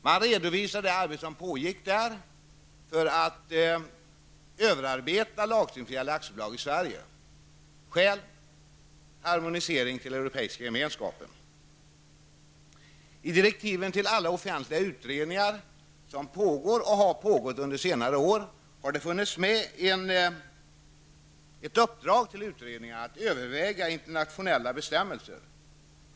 Man redovisade det arbete som pågår för att överarbeta lagvidriga aktiebolag i Sverige. Skäl -- I direktiven till alla offentliga utredningar som pågår och har pågått under senare år har det funnits ett uppdrag att överväga internationella bestämmelser.